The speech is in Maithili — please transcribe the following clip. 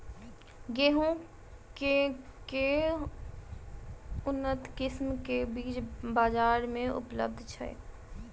गेंहूँ केँ के उन्नत किसिम केँ बीज बजार मे उपलब्ध छैय?